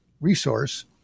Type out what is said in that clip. resource